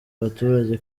abaturage